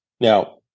Now